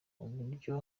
uburyo